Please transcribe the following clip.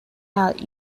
out